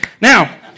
now